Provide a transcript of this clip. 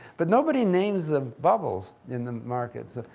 but nobody names the bubbles in the markets.